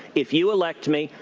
if you elect me,